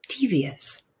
devious